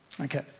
Okay